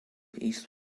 east